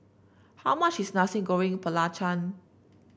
how much is Nasi Goreng Belacan